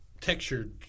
textured